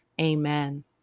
Amen